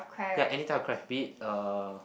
ya anytime type of cry be it uh